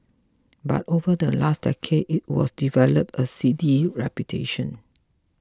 but over the last decade it was developed a seedy reputation